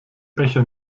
becher